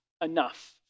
enough